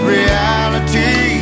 reality